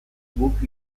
guk